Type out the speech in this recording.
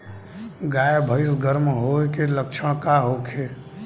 गाय भैंस गर्म होय के लक्षण का होखे?